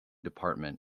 department